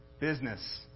business